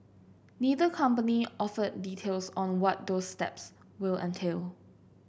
neither company offered details on what those steps will entail